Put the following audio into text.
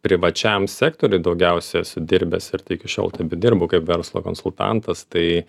privačiam sektoriuj daugiausia esu dirbęs ir tai iki šiol tebedirbu kaip verslo konsultantas tai